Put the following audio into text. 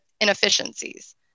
inefficiencies